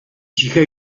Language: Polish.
ciche